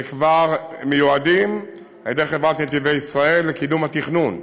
שכבר מיועדים על-ידי חברת "נתיבי ישראל" לקידום התכנון.